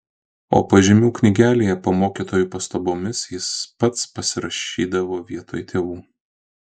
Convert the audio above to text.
o pažymių knygelėje po mokytojų pastabomis jis pats pasirašydavo vietoj tėvų